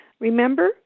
remember